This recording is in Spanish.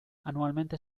anualmente